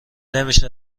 نمیشه